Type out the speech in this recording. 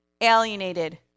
alienated